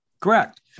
Correct